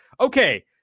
okay